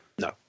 No